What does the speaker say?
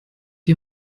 die